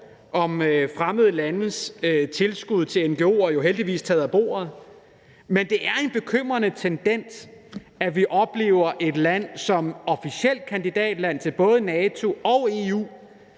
om fremmede landes tilskud til ngo'er jo heldigvis taget af bordet. Men det er en bekymrende tendens, at vi oplever, at et land, som er et officielt kandidatland til både NATO og EU,